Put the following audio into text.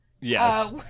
Yes